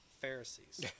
Pharisees